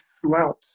throughout